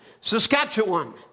Saskatchewan